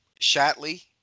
Shatley